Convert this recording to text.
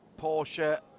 Porsche